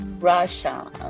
Russia